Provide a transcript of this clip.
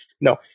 No